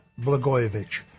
Blagojevich